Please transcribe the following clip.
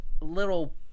little